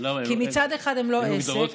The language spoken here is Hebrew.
כי מצד אחד הן לא עסק,